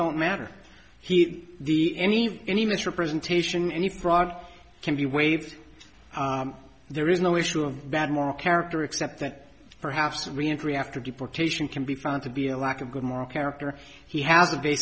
don't matter he the any any misrepresentation any fraud can be waived there is no issue of bad moral character except that perhaps reentry after deportation can be found to be a lack of good moral character he has a